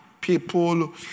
People